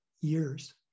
years